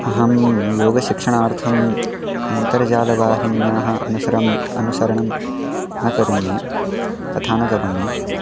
अहं योगशिक्षणार्थम् अन्तर्जालवाहिन्याः अनुसरणम् अनुसरणं न करोमि तथा न करोमि